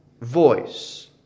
voice